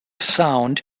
sound